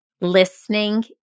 listening